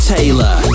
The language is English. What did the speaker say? Taylor